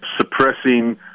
suppressing